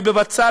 בבצל,